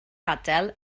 adael